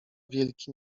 wielki